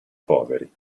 poveri